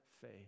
faith